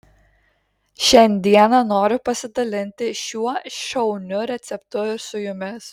šiandieną noriu pasidalinti šiuo šauniu receptu ir su jumis